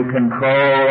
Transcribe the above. control